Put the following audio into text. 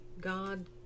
God